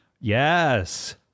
Yes